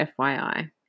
FYI